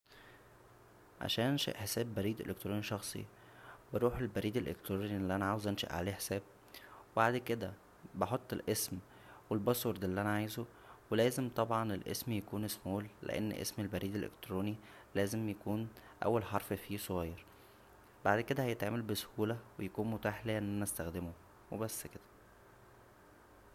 عشان انشا حساب بريد الكترونى شخصى بروح البريد الالكترونى اللى انا عاوز انشا عليه حساب بعد كدا بحط الاسم و كلمة السر اللى انا عايزه ولازم طبعا الاسم يكون صغير لان اسم البريد الالكترونى لازم يكون اول حرف فيه صغير بعد كدا هيتعمل بسهوله ويكون متاح ليا ان انا استخدمه وبس كدا